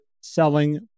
Selling